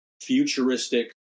futuristic